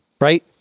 right